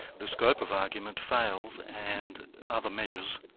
the scope of argument fails and other measures,